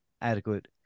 adequate